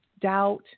doubt